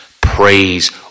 praise